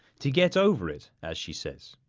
to get over it, as she says.